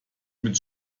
mit